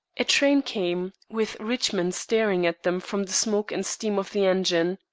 a train came, with richmond staring at them from the smoke and steam of the engine.